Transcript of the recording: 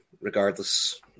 regardless